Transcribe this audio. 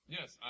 Yes